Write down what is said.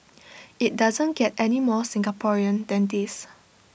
IT doesn't get any more Singaporean than this